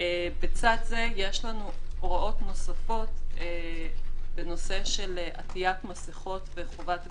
בצד זה יש לנו הוראות נוספות בנושא של עטיית מסכות וחובת הבידוד.